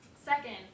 Second